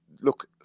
look